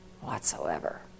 whatsoever